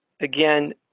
again